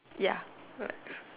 ya right